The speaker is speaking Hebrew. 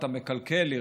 אתה מקלקל לי.